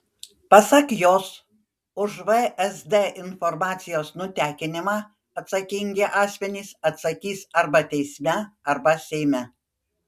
pasak jos už vsd informacijos nutekinimą atsakingi asmenys atsakys arba teisme arba seime